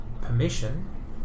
permission